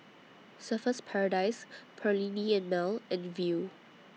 Surfer's Paradise Perllini and Mel and Viu